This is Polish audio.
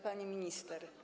Pani Minister!